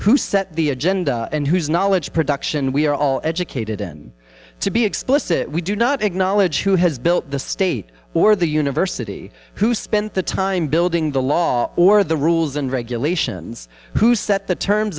who set the agenda and whose knowledge production we are all educated in to be explicit we do not acknowledge who has built the state or the university who spent the time building the laws or the rules and regulations who set the terms